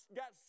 got